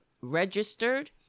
registered